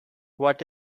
what